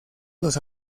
los